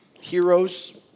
heroes